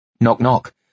Knock-knock